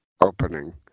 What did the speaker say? opening